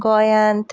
गोंयांत